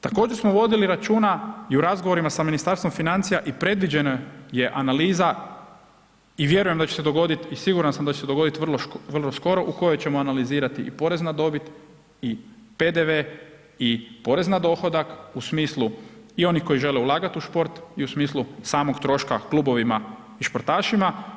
Također smo vodili računa i u razgovorima sa Ministarstvom financija i predviđeno je analiza i vjerujem da će se dogoditi i siguran sam da će se dogoditi vrlo skoro u kojoj ćemo analizirati i porez na dobit i PDV i porez na dohodak, u smislu i onih koji žele ulagati u sport i u smislu samog troška klubovima i športašima.